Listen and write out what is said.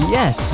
Yes